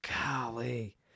Golly